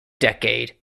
decade